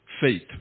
faith